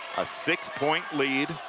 a six-point lead.